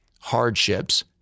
hardships